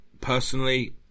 personally